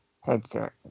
headset